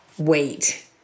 wait